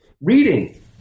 reading